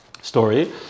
story